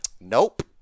Nope